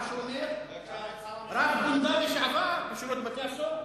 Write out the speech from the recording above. מה שאומר רב-גונדר לשעבר בשירות בתי-הסוהר,